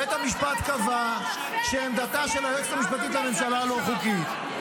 בית המשפט קבע שעמדתה של היועצת המשפטית לממשלה לא חוקית.